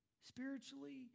spiritually